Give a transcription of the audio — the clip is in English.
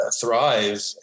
thrive